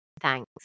Thanks